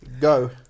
go